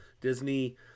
Disney